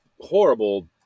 horrible